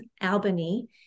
Albany